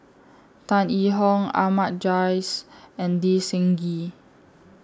Tan Yee Hong Ahmad Jais and Lee Seng Gee